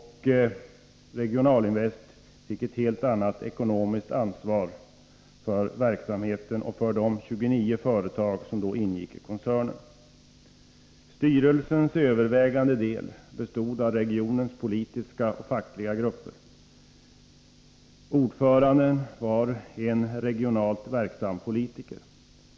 Regioninvest fick ett helt annat ekonomiskt ansvar för verksamheten och för de 29 företag som då ingick i koncernen. Styrelsen bestod till övervägande del av personer från regionens politiska och fackliga organisationer. Ordföranden var en regionalt verksam politiker.